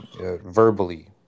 verbally